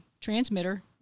transmitter